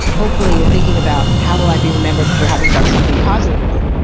hopefully you're thinking about how will i be remembered for having done something positively,